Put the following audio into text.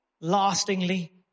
lastingly